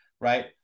right